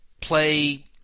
play